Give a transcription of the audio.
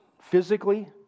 physically